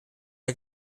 der